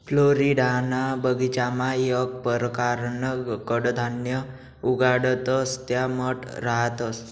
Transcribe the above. फ्लोरिडाना बगीचामा येक परकारनं कडधान्य उगाडतंस त्या मठ रहातंस